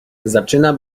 zaczyna